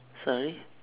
sorry